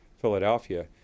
Philadelphia